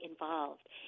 involved